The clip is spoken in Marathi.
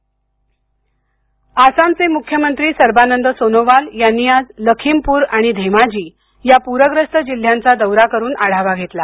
आसाम आसामचे मुख्यमंत्री सर्बानंद सोनोवाल यांनी आज लखीमपुर आणि धेमाजी या पूरग्रस्त जिल्ह्यांचा दौरा करून आढावा घेतला